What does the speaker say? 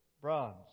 bronze